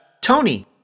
Tony